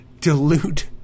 dilute